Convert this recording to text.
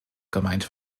gemeint